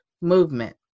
movement